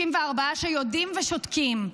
64 שיודעים ושותקים,